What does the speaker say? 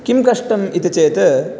किं कष्टम् इति चेत्